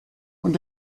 und